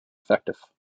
effective